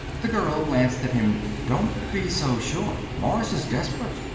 the girl glanced at him. don't be so sure. mars is desperate.